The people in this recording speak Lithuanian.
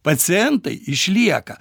pacientai išlieka